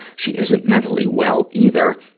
she isn't mentally well either.